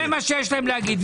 זה מה שיש להם להגיד.